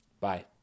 Bye